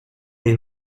les